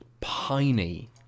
piney